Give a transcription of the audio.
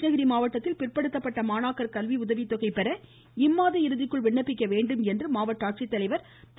கிருஷ்ணகிரி மாவட்டத்தில் பிற்படுத்தப்பட்ட மாணாக்கர் கல்வி உதவித்தொகை பெற இம்மாத இறுதிக்குள் விண்ணப்பிக்க வேண்டும் என மாவட்ட ஆட்சித்தலைவர் திரு